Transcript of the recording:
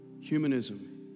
humanism